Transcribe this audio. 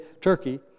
Turkey